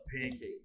pancake